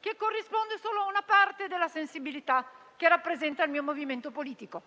che corrisponde solo a una parte della sensibilità che rappresenta il mio movimento politico.